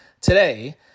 today